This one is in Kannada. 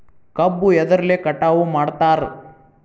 ಕಬ್ಬು ಎದ್ರಲೆ ಕಟಾವು ಮಾಡ್ತಾರ್?